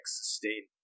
sustain